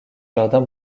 jardin